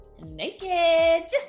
naked